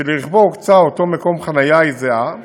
שלרכבו הוקצה אותו מקום חניה היא זהה,